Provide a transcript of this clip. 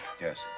Yes